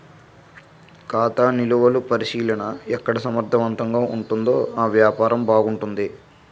ఖాతా నిలువలు పరిశీలన ఎక్కడ సమర్థవంతంగా ఉంటుందో ఆ వ్యాపారం బాగుంటుంది